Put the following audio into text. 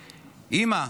אימא,